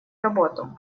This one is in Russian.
работу